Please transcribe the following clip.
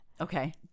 Okay